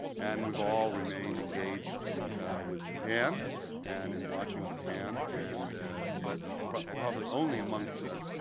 and we've all remained engaged with japan and in watching japan. and but but probably only amongst us,